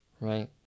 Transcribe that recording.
Right